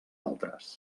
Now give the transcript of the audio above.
altres